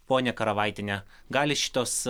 ponia karavaitiene gali šitos